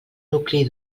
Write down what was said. nucli